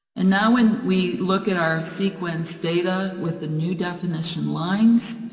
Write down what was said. and now when we look at our sequence data with the new definition lines,